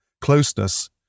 closeness